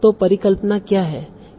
तो परिकल्पना क्या है